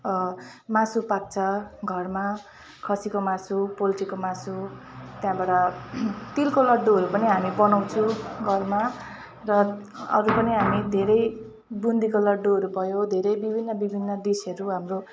मासु पाक्छ घरमा खसीको मासु पोल्ट्रीको मासु त्यहाँबाट तिलको लड्डुहरू पनि हामी बनाउँछौँ घरमा र अरू पनि हामी धेरै बुन्दीको लड्डुहरू भयो धेरै विभिन्न विभिन्न डिसहरू हाम्रो